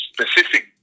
specific